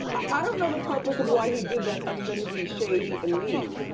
i don't know the purpose of why he did that, other than to be shady and mean,